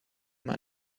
money